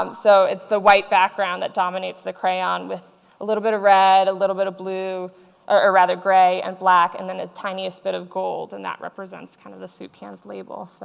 um so it's the white background that dominates the crayon with a little bit of red, a little bit of blue or a rather gray, and black, and then it's tiniest bit of gold. and that represents kind of the soup can's label.